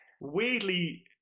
weirdly